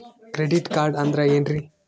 Credit card ಅಂದ್ರ ಏನ್ರೀ?